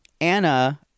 Anna